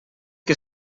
que